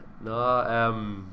no